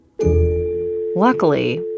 Luckily